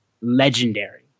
legendary